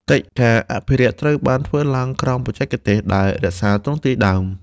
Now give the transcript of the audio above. កិច្ចការអភិរក្សត្រូវបានធ្វើឡើងក្រោមបច្ចេកទេស ដែលរក្សាទ្រង់ទ្រាយដើម។